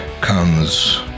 comes